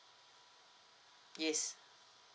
yes